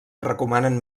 recomanen